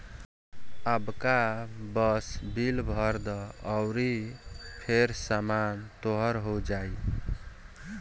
अबका बस बिल भर द अउरी फेर सामान तोर हो जाइ